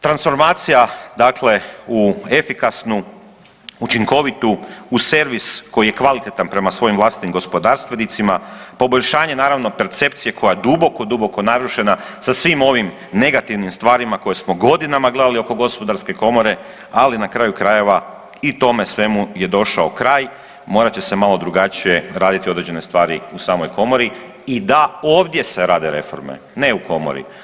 Transformacija dakle u efikasnu, učinkovitu, u servis koji je kvalitetan prema svojim vlastitim gospodarstvenicima, poboljšanje naravno percepcije koja je duboko, duboko narušena sa svim ovim negativnim stvarima koje smo godinama gledali oko gospodarske komore ali na kraju krajeva i tome svemu je došao kraj, morat će se malo drugačije raditi određene stvari u samoj komori i da ovdje se rade reforme, ne u komori.